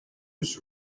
his